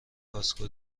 کاسکو